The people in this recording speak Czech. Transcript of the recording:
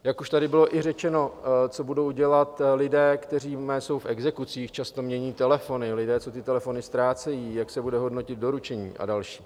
Jak už tady bylo i řečeno, co budou dělat lidé, kteří jsou v exekucích, často mění telefony, lidé, co ty telefony ztrácejí, jak se bude hodnotit doručení a další?